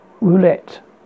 Roulette